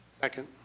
Second